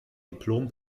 diplom